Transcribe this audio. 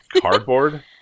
cardboard